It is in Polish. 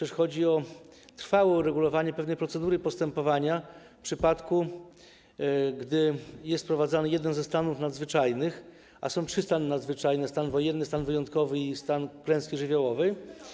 Chodzi o trwałe uregulowanie pewnej procedury postępowania, w przypadku gdy jest wprowadzany jeden ze stanów nadzwyczajnych, a są trzy stany nadzwyczajne: stan wojenny, stan wyjątkowy i stan klęski żywiołowej.